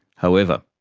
however,